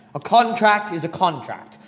a contract is a contract.